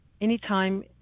anytime